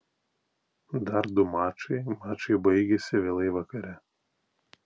dar du mačai mačai baigėsi vėlai vakare